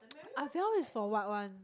Ah Val is for what one